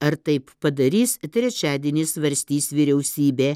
ar taip padarys trečiadienį svarstys vyriausybė